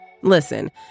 Listen